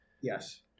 Yes